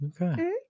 Okay